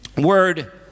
word